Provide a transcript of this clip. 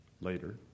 later